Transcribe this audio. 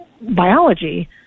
biology